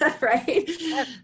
Right